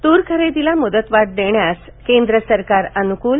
तूर खरेदीला मुदतवाढ देण्यास केंद्र सरकार अनुकूल